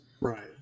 Right